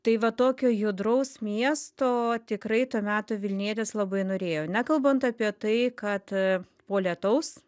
tai va tokio judraus miesto tikrai to meto vilnietis labai norėjo nekalbant apie tai kad po lietaus